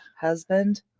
husband